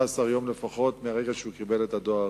יום לפחות מהרגע שהוא קיבל את הדואר הרשום.